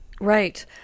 Right